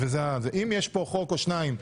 אם יש פה חוק או שניים,